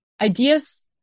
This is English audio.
ideas